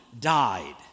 died